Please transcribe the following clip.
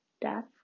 death